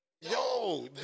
Yo